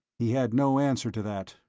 he had no answer to that.